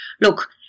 look